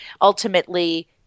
ultimately